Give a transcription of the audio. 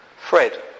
Fred